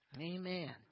amen